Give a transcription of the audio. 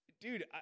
Dude